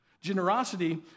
Generosity